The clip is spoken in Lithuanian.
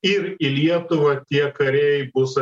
ir į lietuvą tie kariai bus